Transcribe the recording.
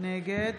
נגד